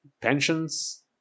pensions